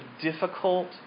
difficult